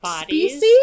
species